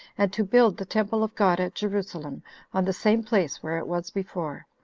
and to build the temple of god at jerusalem on the same place where it was before.